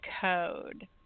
code